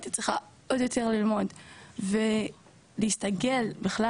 הייתי צריכה עוד יותר ללמוד ולהסתגל בכלל